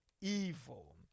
evil